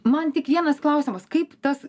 man tik vienas klausimas kaip tas